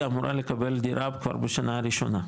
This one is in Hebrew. היא אמורה לקבל דירה כבר בשנה הראשונה,